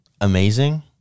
amazing